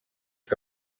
que